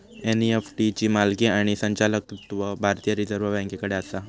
NEFT ची मालकी आणि संचालकत्व भारतीय रिझर्व बँकेकडे आसा